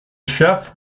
chef